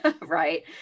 right